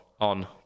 on